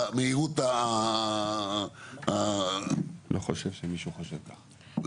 אני לא חושב שמישהו חושב כך.